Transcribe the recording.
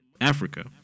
Africa